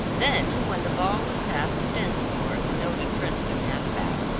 then when the ball was passed to dinsmore the noted princeton half-back,